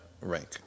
rank